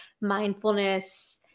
mindfulness